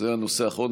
זה הנושא האחרון?